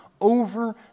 over